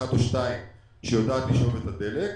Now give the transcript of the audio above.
אחת או שתיים שיודעת לשאוב את הדלק.